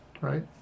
right